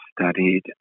studied